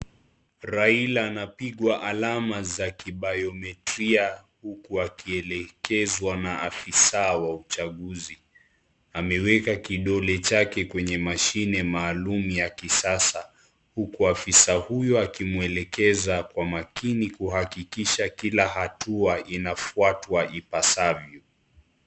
Raila anapigwa alama za kibayometriki pia huku akielekezwa na afisa wa uchaguzi. Ameweka kidole chake kwenye mashine maalum ya kisasa, huku afisa huyo akimwelekeza kwa makini kuhakikisha kila hatua inafuatwa ipasavyo.